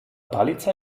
palica